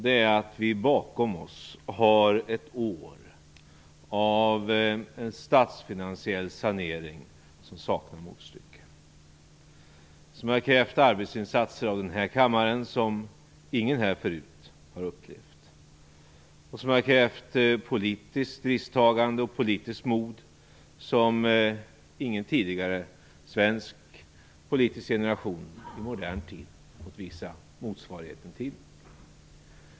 Det är att vi bakom oss har ett år av statsfinansiell sanering som saknar motstycke, som har krävt arbetsinsatser av den här kammaren som ingen förut har upplevt och som har krävt politiskt risktagande och politiskt mod som ingen tidigare svensk politisk generation i modern tid har fått visa motsvarigheten till.